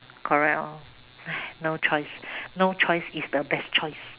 correct lor !hais! no choice no choice is the best choice